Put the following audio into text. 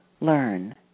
learn